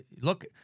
Look